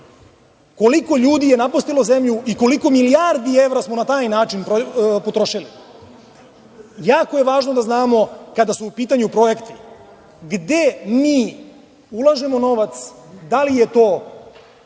koliko ljudi je napustilo zemlju i koliko milijardi evra smo naj način potrošili. Jako je važno da znamo kada su u pitanju projekti gde mi ulažemo novac, da li je to